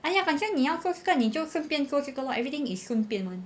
哎呀反正你要做这个你就顺便做这个 lor everything is 顺便 [one]